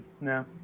No